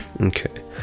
Okay